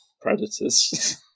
predators